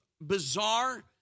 bizarre